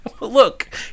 Look